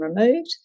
removed